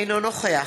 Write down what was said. אינו נוכח